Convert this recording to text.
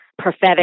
Prophetic